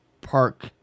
park